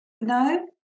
no